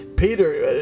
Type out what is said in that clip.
Peter